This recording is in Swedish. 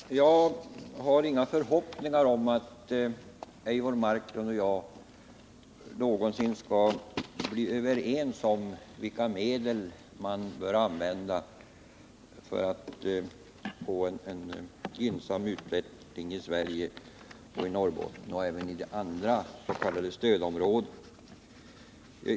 Herr talman! Jag har inga förhoppningar om att Eivor Marklund och jag någonsin skall bli överens om vilka medel man bör använda för att få en gynnsam utveckling i Sverige, i Norrbotten och även i de andra s.k. stödområdena.